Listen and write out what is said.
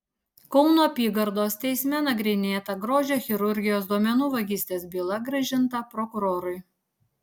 kauno apygardos teisme nagrinėta grožio chirurgijos duomenų vagystės byla grąžinta prokurorui